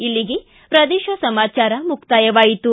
ಇಲ್ಲಿಗೆ ಪ್ರದೇಶ ಸಮಾಚಾರ ಮುಕ್ತಾಯವಾಯಿತು